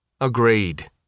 Agreed